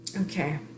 Okay